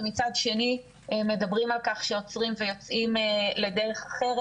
ומצד שני מדברים על כך שעוצרים ויוצאים לדרך אחרת.